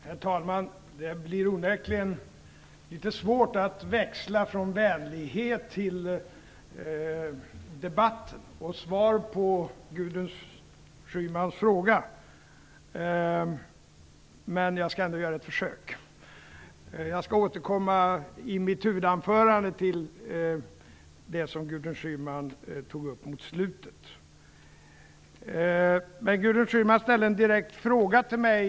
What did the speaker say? Herr talman! Det blir onekligen litet svårt att efter denna vänlighet växla till debatten och svara på Gudrun Schymans fråga, men jag skall göra ett försök. Jag skall i mitt huvudanförande återkomma till det som Gudrun Schyman tog upp i slutet av sitt anförande. Gudrun Schyman ställde en direkt fråga till mig.